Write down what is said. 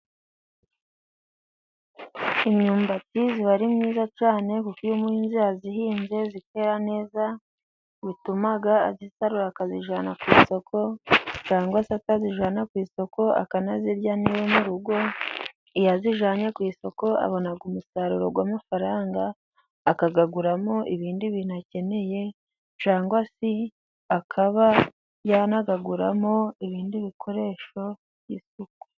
Imyumbati iba ari myiza cyane kuko iyo umuhinzi yayihinze ikera neza, bituma ayisarura akayijyana ku isoko cyangwa se atayijyana ku isoko akanayirya niwe mu rugo. Iyo ayijyanye ku isoko abona umusaruro w' amafaranga akayaguramo ibindi bintu akeneye cyangwa se akaba yanayaguramo ibindi bikoresho by'isuku.